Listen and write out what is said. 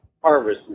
harvest